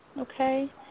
Okay